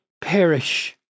perish